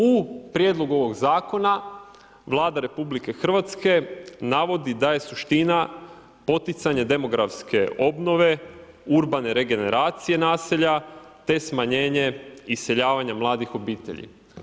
U prijedlogu ovog Zakona Vlada RH navodi da je suština poticanje demografske obnove, urbane regeneracije naselja, te smanjenje iseljavanja mladih obitelji.